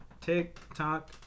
TikTok